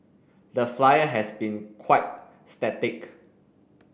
the Flyer has been quite static